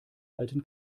alten